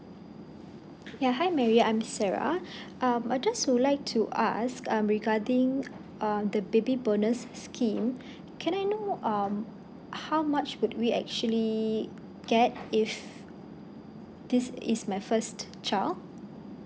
ya hi mary I'm sarah um I just would like to ask um regarding on the baby bonus scheme can I know um how much would we actually get if this is my first child